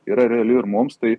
yra reali ir mums tai